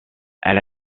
elle